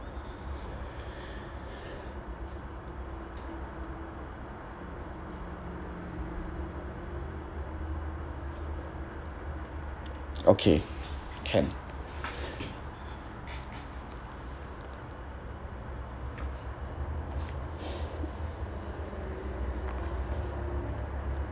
okay can